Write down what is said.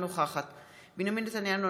אינה נוכחת בנימין נתניהו,